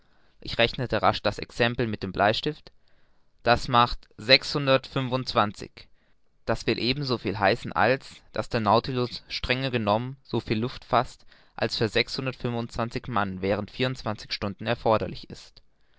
ich rechnete rasch das exempel mit dem bleistift das macht sechshundertfünfundzwanzig das will eben so viel heißen als daß der nautilus strenge genommen so viel luft faßt als für sechshundertfünfundzwanzig mann während vierundzwanzig stunden erforderlich ist